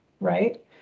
right